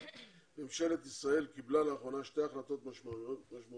ממשלת ישראל קיבלה לאחרונה שתי החלטות משמעותיות